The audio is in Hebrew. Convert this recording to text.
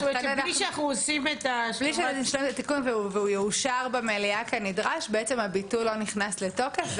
עד שהתיקון יאושר במליאה כנדרש הביטול לא נכנס לתוקף,